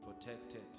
protected